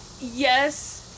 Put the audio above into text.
Yes